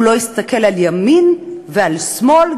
הוא לא הסתכל על ימין ועל שמאל,